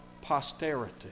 posterity